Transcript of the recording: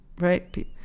right